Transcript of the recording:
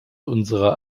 unserer